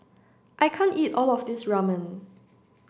I can't eat all of this Ramen